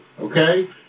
Okay